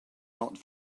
not